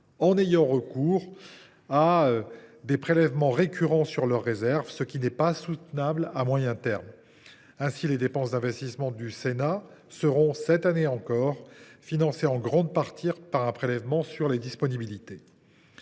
en ayant recours à des prélèvements récurrents sur leurs réserves, ce qui n’est pas soutenable à moyen terme. Ainsi, les dépenses d’investissement du Sénat seront, cette année encore, financées en grande partie par un prélèvement sur les disponibilités.